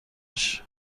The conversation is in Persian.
بشه